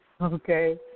okay